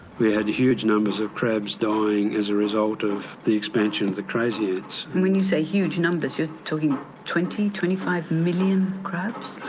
we had huge numbers of crabs dying as a result of the expansion of the crazy ants. and when you say huge numbers, you're talking twenty, twenty five million crabs?